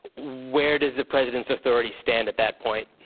where does the president's authority stand at that point?